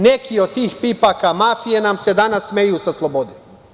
Neki od tih pipaka mafije nam se danas smeju sa slobode.